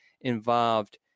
involved